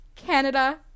Canada